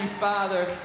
Father